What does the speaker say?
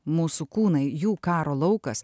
mūsų kūnai jų karo laukas